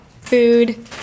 food